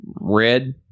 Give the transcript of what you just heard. red